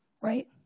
right